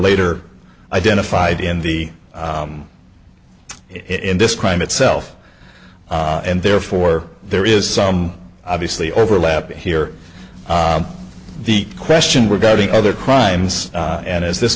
later identified in the in this crime itself and therefore there is some obviously overlap here the question regarding other crimes and as this